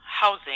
housing